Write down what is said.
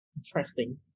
Interesting